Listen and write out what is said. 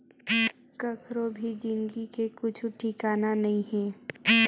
कखरो भी जिनगी के कुछु ठिकाना नइ हे